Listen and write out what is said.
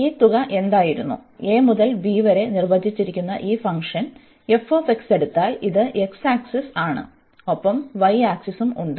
ഈ തുക എന്തായിരുന്നു a മുതൽ b വരെ നിർവചിച്ചിരിക്കുന്ന ഈ ഫംഗ്ഷൻ f എടുത്താൽ ഇത് x ആക്സിസ് ആണ് ഒപ്പം y ആക്സിസും ഉണ്ട്